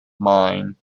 mine